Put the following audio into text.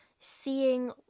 seeing